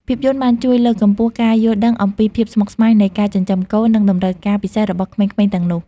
ភាពយន្តបានជួយលើកកម្ពស់ការយល់ដឹងអំពីភាពស្មុគស្មាញនៃការចិញ្ចឹមកូន និងតម្រូវការពិសេសរបស់ក្មេងៗទាំងនោះ។